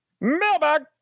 mailbag